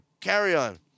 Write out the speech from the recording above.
carry-on